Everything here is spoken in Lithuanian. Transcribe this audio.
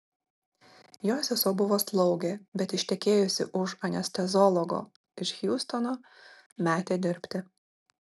jo sesuo buvo slaugė bet ištekėjusi už anesteziologo iš hjustono metė dirbti